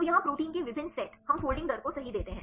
तो यहाँ प्रोटीन के विभिन्न सेट हम फोल्डिंग दर को सही देते हैं